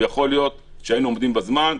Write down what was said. ויכול להיות שהיינו עומדים בזמן,